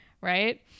right